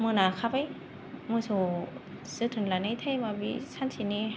मोनाखाबाय मोसौ जोथोन लानाया बे सानसेनि